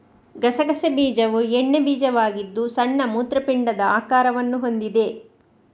ಗಸಗಸೆ ಬೀಜವು ಎಣ್ಣೆ ಬೀಜವಾಗಿದ್ದು ಸಣ್ಣ ಮೂತ್ರಪಿಂಡದ ಆಕಾರವನ್ನು ಹೊಂದಿದೆ